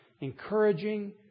encouraging